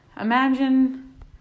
Imagine